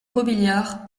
robiliard